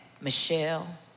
Michelle